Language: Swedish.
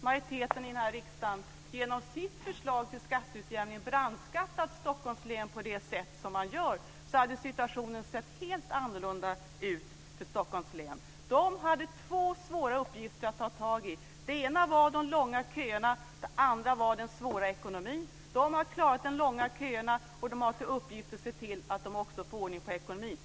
majoriteten i den här riksdagen genom sitt förslag till skatteutjämning brandskattat Stockholms län på det sätt som man gör hade situationen sett helt annorlunda ut för Stockholms län. De hade två svåra uppgifter att ta tag i. Den ena var de långa köerna, den andra var de svåra ekonomin. De har klarat de långa köerna och de har i uppgift att se till att de också får ordning på ekonomin.